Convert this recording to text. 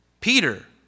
Peter